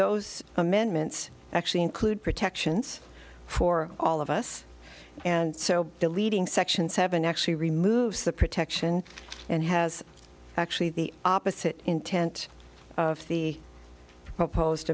those amendments actually include protections for all of us and so deleting section seven actually removes the protection and has actually the opposite intent of the post